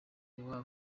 iwabo